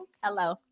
Hello